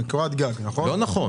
קורת גג נכון?